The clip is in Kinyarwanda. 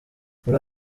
muri